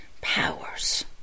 powers